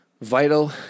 vital